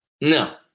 No